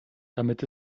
damit